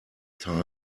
term